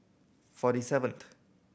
forty seventh